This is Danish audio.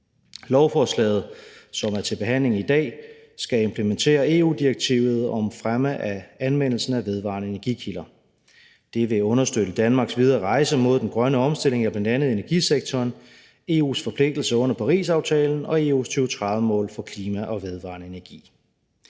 Lovforslaget, som er til behandling i dag, skal implementere EU-direktivet om fremme af anvendelsen af vedvarende energikilder. Det vil understøtte Danmarks videre rejse mod den grønne omstilling af bl.a. energisektoren, EU's forpligtelser under Parisaftalen og EU's 2030-mål for klima og vedvarende energi.